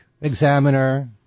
examiner